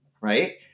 right